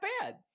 bad